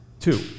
two